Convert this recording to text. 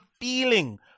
feeling